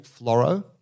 Floro